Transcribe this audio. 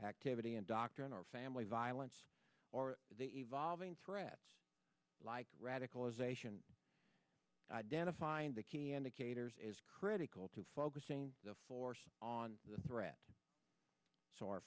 activity and dr in our family violence or the evolving threats like radicalization identifying the key indicators is critical to focusing the force on the threat so our